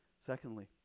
Secondly